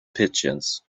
pigeons